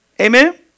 Amen